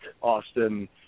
Austin